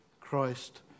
Christ